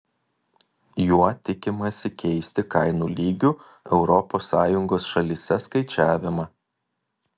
juo tikimasi keisti kainų lygių europos sąjungos šalyse skaičiavimą